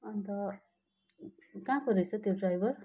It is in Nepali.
अन्त कहाँको रहेछ त्यो ड्राइभर